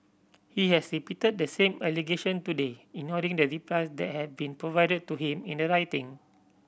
he has repeated the same allegation today ignoring the replies that have been provided to him in the writing